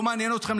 לא מעניין אתכם,